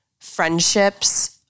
friendships